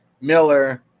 Miller